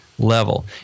level